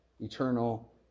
eternal